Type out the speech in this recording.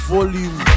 Volume